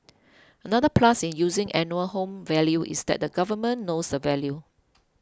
another plus in using annual home value is that the government knows the value